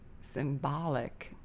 symbolic